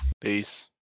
Peace